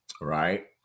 right